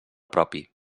propi